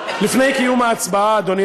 קיום ההצבעה, אדוני